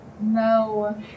No